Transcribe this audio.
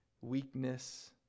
weakness